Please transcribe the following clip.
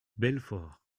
belfort